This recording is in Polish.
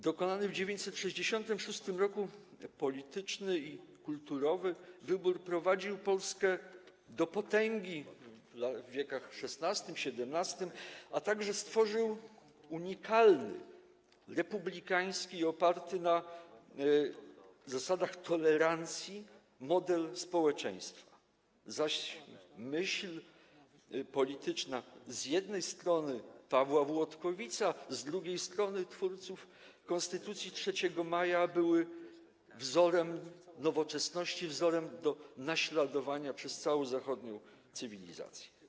Dokonany w 966 r. polityczny i kulturowy wybór prowadził Polskę do potęgi w wiekach XVI, XVII, a także stworzył unikalny, republikański i oparty na zasadach tolerancji model społeczeństwa, zaś myśl polityczna, z jednej strony Pawła Włodkowica, z drugiej strony twórców Konstytucji 3 maja, była wzorem nowoczesności, wzorem do naśladowania przez całą zachodnią cywilizację.